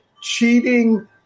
cheating